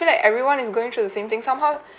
feel like everyone is going through the same thing somehow